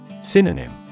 Synonym